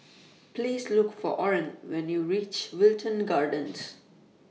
Please Look For Oran when YOU REACH Wilton Gardens